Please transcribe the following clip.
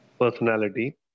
personality